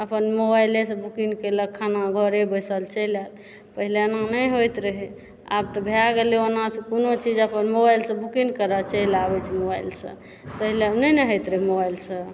अपन मोबाइलेसँ बुकिङ्ग केलक खाना घरे बैसल चलि आएल पहिले एना नहि होइत रहए आब तऽ भए गेलै ओना से कोनो चीज अपन मोबाइलसँ बुकिङ्ग करऽ चलि आबै छै मोबाइलसँ पहिले नहि ने होइत रहए मोबाइलसँ